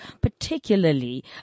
particularly